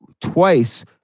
twice